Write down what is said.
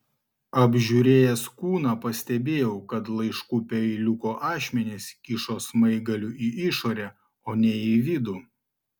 apžiūrėjęs kūną pastebėjau kad laiškų peiliuko ašmenys kyšo smaigaliu į išorę o ne į vidų